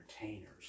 entertainers